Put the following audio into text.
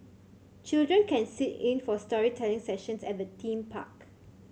children can sit in for storytelling sessions at the theme park